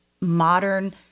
modern